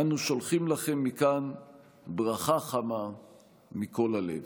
אנו שולחים לכם מכאן ברכה חמה מכל הלב.